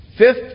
Fifth